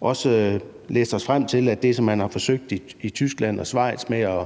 også læst os frem til, at det, som man har forsøgt i Tyskland og Schweiz med at